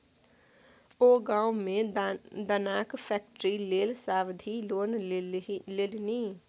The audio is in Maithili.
ओ गाममे मे दानाक फैक्ट्री लेल सावधि लोन लेलनि